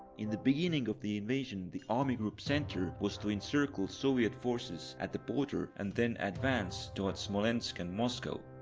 in the beginning of the invasion the army group center was to encircle soviet forces at the border and then advance towards smolensk and moscow.